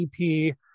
EP